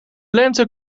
lente